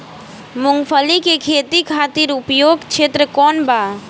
मूँगफली के खेती खातिर उपयुक्त क्षेत्र कौन वा?